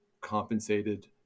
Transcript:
compensated